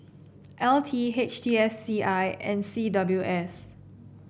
L T H T S C I and C W S